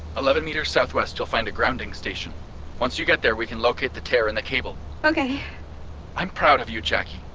eleven meters southwest, you'll find a grounding station once you get there, we can locate the tear in the cable okay i'm proud of you, jacki.